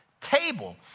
table